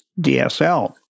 DSL